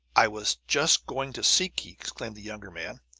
i was just going to seek ye! exclaimed the younger man.